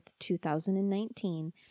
2019